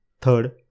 third